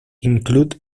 include